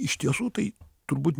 iš tiesų tai turbūt